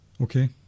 Okay